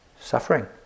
suffering